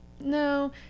no